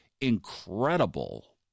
incredible